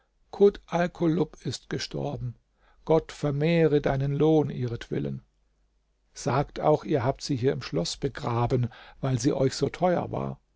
alkulub ist gestorben gott vermehre deinen lohn ihretwillen sagt auch ihr habt sie hier im schloß begraben weil sie euch so teuer war